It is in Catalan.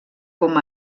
com